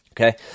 Okay